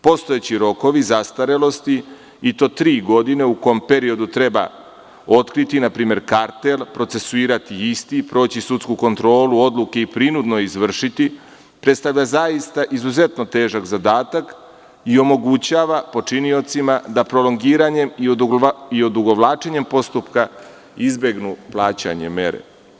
Postojeći rokovi zastarelosti, i to tri godine u kom periodu treba otkriti, npr. kartel, procesuirati isti, proći sudsku kontrolu, odluke i prinudno izvršiti, predstavlja zaista izuzetno težak zadatak i omogućava počiniocima da prolongiranjem i odugovlačenjem postupka izbegnu plaćanje mere.